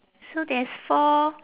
so there's four